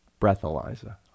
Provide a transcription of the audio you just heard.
breathalyzer